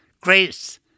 Grace